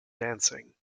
dancing